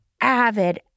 avid